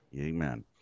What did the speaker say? Amen